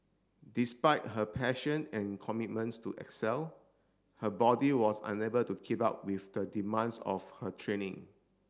despite her passion and commitments to excel her body was unable to keep up with the demands of her training